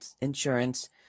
insurance